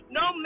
no